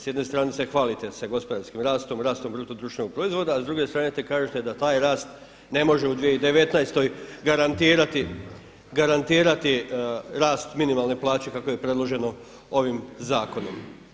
S jedne strane se hvalite sa gospodarskim rastom, rastom bruto društvenog proizvoda, a s druge strane kažete da taj rast ne može u 2019. garantirati rast minimalne plaće kako je predloženo ovim zakonom.